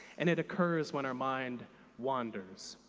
and it occurs when our mind wanders.